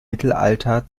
mittelalter